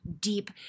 deep